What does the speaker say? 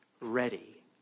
ready